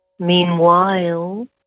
Meanwhile